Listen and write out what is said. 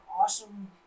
awesome